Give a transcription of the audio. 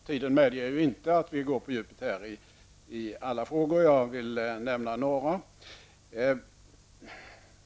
Tiden medger dock inte att vi går på djupet i alla frågor, men jag vill ändå nämna några.